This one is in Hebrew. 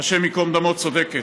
השם ייקום דמו, צודקת.